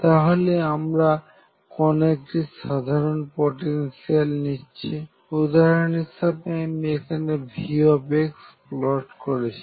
তাহলে আমরা কোন একটি সাধারন পোটেনশিয়াল নিচ্ছি উদাহরণ হিসেবে আমি এখানে V প্লট করেছি